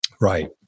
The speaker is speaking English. Right